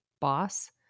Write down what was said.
boss